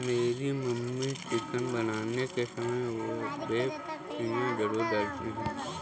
मेरी mummy chicken बनाने के समय बे पत्तियां जरूर डालती हैं